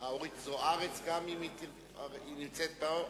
המקיאבליסטי פה,